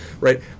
right